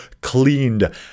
cleaned